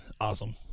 awesome